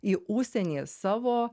į užsienį savo